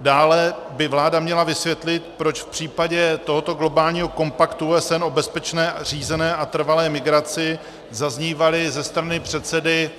Dále by vláda měla vysvětlit, proč v případě tohoto globálního kompaktu OSN o bezpečné, řízené a trvalé migraci zaznívala ze strany předsedy